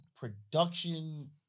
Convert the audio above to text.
production